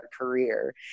career